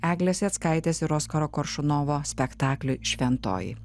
eglės jackaitės ir oskaro koršunovo spektakliui šventoji